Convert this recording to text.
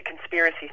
conspiracy